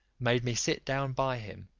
made me sit down by him,